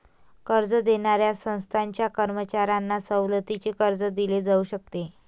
कर्ज देणाऱ्या संस्थांच्या कर्मचाऱ्यांना सवलतीचे कर्ज दिले जाऊ शकते